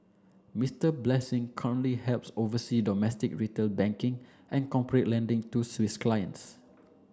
Mister Blessing currently helps oversee domestic retail banking and corporate lending to Swiss clients